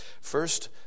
First